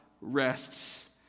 rests